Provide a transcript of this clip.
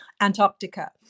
Antarctica